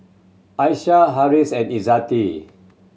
Aisyah Harris and Izzati